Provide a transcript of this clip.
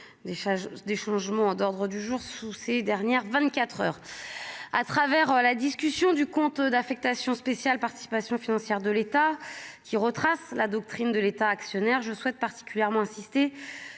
des changements d'ordre du jour sous ces dernières 24 heures à travers la discussion du compte d'affectation spéciale Participations financières de l'État, qui retrace la doctrine de l'État actionnaire, je souhaite particulièrement insisté